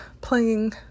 playing